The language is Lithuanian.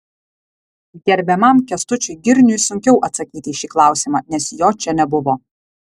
gerbiamam kęstučiui girniui sunkiau atsakyti į šį klausimą nes jo čia nebuvo